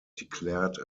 declared